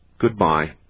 Goodbye